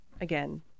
Again